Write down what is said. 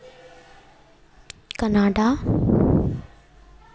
Canada